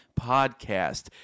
Podcast